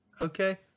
Okay